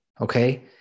Okay